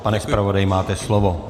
Pane zpravodaji, máte slovo.